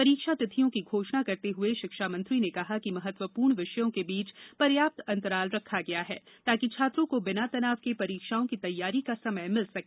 परीक्षा तिथियों की घोषणा करते हुए शिक्षा मंत्री ने कहा कि महत्वपूर्ण विषयों के बीच पर्याप्त अंतराल रखा गया है ताकि छात्रों को बिना तनाव के परीक्षाओं की तैयारी का समय मिल सके